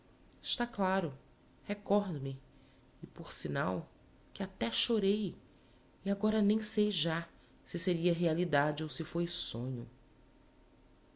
está claro recordo-me e por signal que até chorei e agora nem sei já se seria realidade ou se foi sonho